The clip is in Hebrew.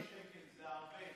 90 מיליון שקל זה הרבה.